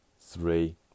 three